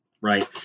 right